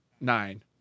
nine